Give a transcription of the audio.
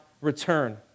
return